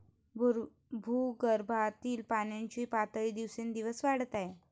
भूगर्भातील पाण्याची पातळी दिवसेंदिवस वाढत आहे